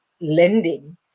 lending